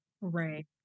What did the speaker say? Right